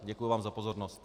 Děkuji vám za pozornost.